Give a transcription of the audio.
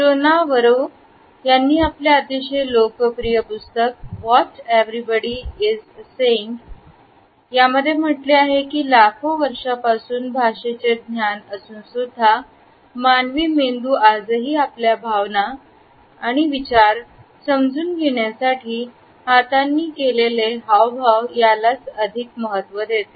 जो नवारो यांनी आपल्या अतिशय लोकप्रिय पुस्तक "व्हॉट एव्हरीबडी इस सेइंग" असे म्हटले आहे की लाखो वर्षापासून भाषेचे ज्ञान असून सुद्धा मानवी मेंदू आजही आपल्या भावना विचार समजून घेण्यासाठी हातांनी केलेले हावभाव याला अधिक महत्त्व देते